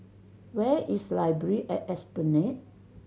where is Library at Esplanade